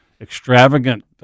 extravagant